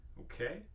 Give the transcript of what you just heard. Okay